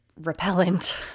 repellent